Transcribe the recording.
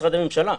משרדי הממשלה.